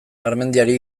garmendiari